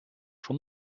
schon